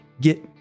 Get